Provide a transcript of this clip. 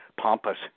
pompous